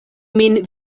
min